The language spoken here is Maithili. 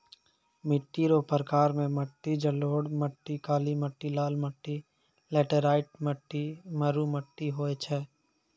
मिट्टी रो प्रकार मे मट्टी जड़ोल मट्टी, काली मट्टी, लाल मट्टी, लैटराईट मट्टी, मरु मट्टी होय छै